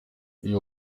iyo